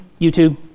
YouTube